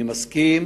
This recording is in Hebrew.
אני מסכים